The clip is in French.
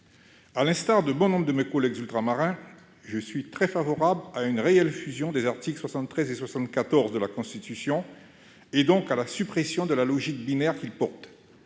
À l'instar de bon nombre de mes collègues ultramarins, je suis très favorable à une réelle fusion des articles 73 et 74 de la Constitution et, donc, à la suppression de la logique binaire qu'ils portent.